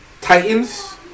Titans